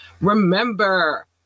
Remember